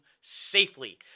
safely